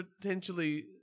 potentially